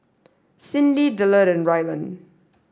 Cyndi Dillard and Rylan